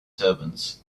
turbans